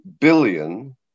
billion